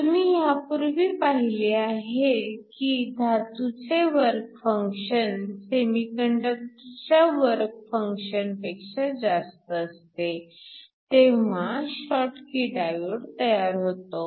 तुम्ही ह्यापूर्वी पाहिले आहे की धातूचे वर्क फंक्शन सेमीकंडक्टरच्या वर्क फंक्शन पेक्षा जास्त असते तेव्हा शॉटकी डायोड तयार होतो